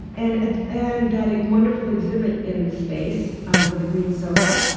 and ah and that wonderful exhibit in the space with the green sofa,